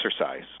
exercise